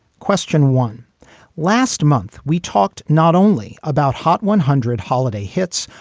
question one last month we talked not only about hot one hundred holiday hits,